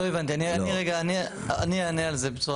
אני אענה על זה.